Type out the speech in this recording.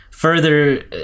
Further